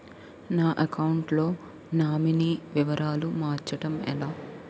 నా అకౌంట్ లో నామినీ వివరాలు మార్చటం ఎలా?